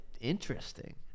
interesting